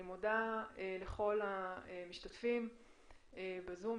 אני מודה לכל המשתתפים בזום,